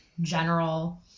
general